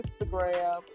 Instagram